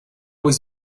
was